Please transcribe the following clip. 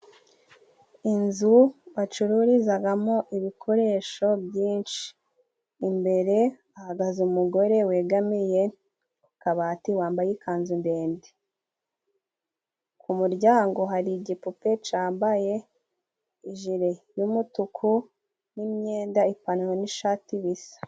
Inzu bacururizagamo ibikoresho byinshi. Imbere hahagaze umugore wegamiye akabati, wambaye ikanzu ndende, ku muryango hari igipupe cyambaye ijire y'umutuku n'imyenda ipantaro n'ishati bisa.